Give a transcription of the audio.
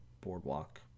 Boardwalk